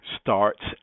starts